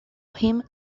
him